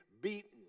beaten